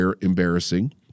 embarrassing